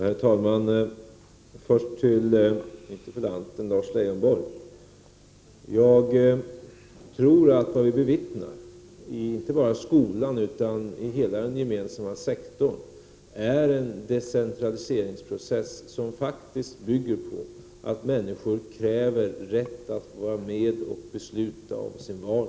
Herr talman! Först vill jag vända mig till interpellanten Lars Leijonborg. Jag tror att det vi bevittnar, inte bara i skolan utan i hela den gemensamma sektorn, är en decentraliseringsprocess som faktiskt bygger på att människor kräver rätt att vara med och besluta om sin vardag.